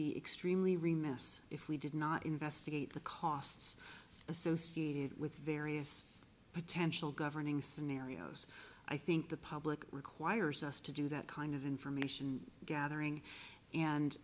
be extremely remiss if we did not investigate the costs associated with various potential governing scenarios i think the public requires us to do that kind of information gathering and